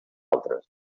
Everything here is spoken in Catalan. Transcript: altres